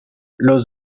los